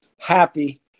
happy